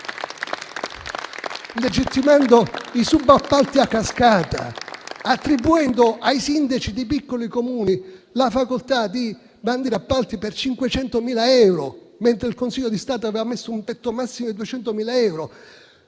legittimando i subappalti a cascata, attribuendo ai sindaci di piccoli Comuni la facoltà di bandire appalti per 500.000 euro, laddove il Consiglio di Stato aveva messo un tetto massimo di 200.000 euro.